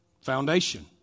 Foundation